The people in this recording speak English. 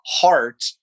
heart